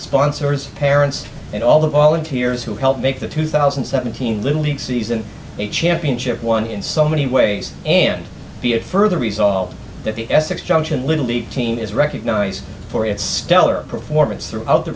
sponsors parents and all the volunteers who helped make the two thousand and seventeen little league season a championship one in so many ways and be it further resolved that the essex junction little league team is recognised for its stellar performance